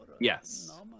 Yes